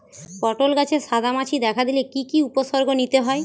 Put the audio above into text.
পটল গাছে সাদা মাছি দেখা দিলে কি কি উপসর্গ নিতে হয়?